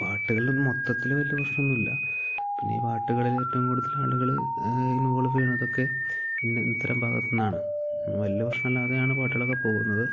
പാട്ടുകളും മൊത്തത്തിൽ വലിയ പ്രശ്നമൊന്നും ഇല്ല പിന്നെ പാട്ടുകളിൽ ഏറ്റവും കൂടുതൽ ആളുകൾ ഇൻവോൾവ് ചെയ്യുന്നതൊതൊക്കെ ഇത്തരം ഭാഗത്തു നിന്നാണ് വലിയ പ്രശ്നമില്ലാതെയാണ് പാട്ടുകളൊക്കെ പോകുന്നത്